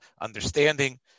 understanding